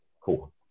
cool